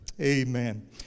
amen